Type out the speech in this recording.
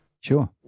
Sure